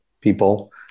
people